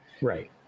Right